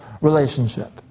relationship